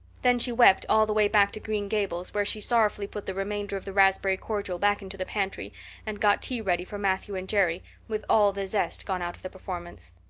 then she wept all the way back to green gables, where she sorrowfully put the remainder of the raspberry cordial back into the pantry and got tea ready for matthew and jerry, with all the zest gone out of the performance.